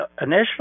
initially